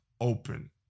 open